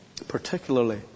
particularly